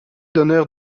d’honneur